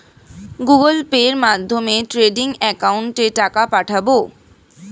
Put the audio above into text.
Google পের মাধ্যমে trading একাউন্টে টাকা পাঠাবো?